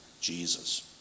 Jesus